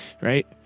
Right